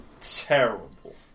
terrible